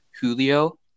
Julio